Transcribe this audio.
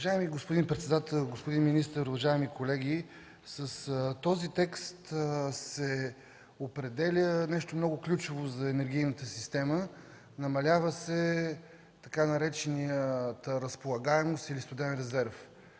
Уважаеми господин председател, господин министър, уважаеми колеги! С този текст се определя нещо много ключово за енергийната система – намалява се така наречената „разполагаемост” или студен резерв.